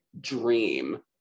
dream